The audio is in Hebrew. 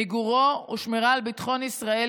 מיגורו ושמירה על ביטחון ישראל,